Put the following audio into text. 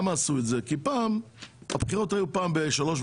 עשו את זה כי פעם הבחירות היו פעם ב-4-3.5